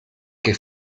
que